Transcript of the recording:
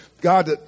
God